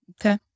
Okay